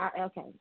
Okay